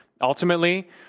ultimately